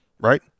right